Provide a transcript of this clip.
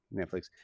Netflix